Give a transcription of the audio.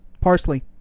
Parsley